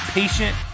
patient